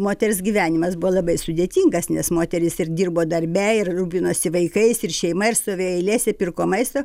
moters gyvenimas buvo labai sudėtingas nes moterys ir dirbo darbe ir rūpinosi vaikais ir šeima ir stovėjo eilėse pirko maistą